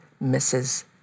misses